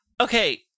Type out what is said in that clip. Okay